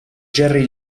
jerry